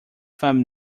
thumb